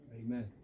Amen